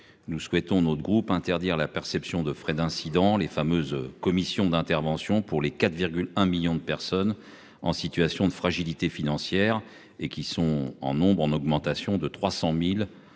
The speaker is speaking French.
Nous souhaitons notre groupe interdire la perception de frais d'incident les fameuses commissions d'intervention pour les 4 un million de personnes en situation de fragilité financière et qui sont en nombre en augmentation de 300.000